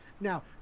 Now